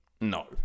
No